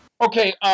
Okay